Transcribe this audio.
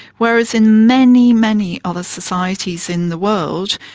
whereas in many, many other societies in the world,